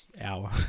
hour